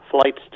flights